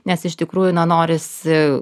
nes iš tikrųjų na norisi